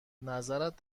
نظرت